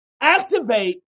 activate